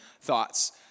thoughts